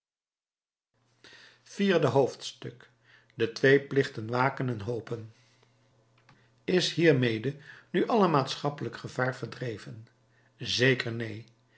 vierde hoofdstuk de twee plichten waken en hopen is hiermede nu alle maatschappelijk gevaar verdreven zeker neen